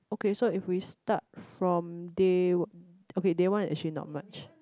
okay so if we start from day okay day one actually not much